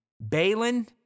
Balin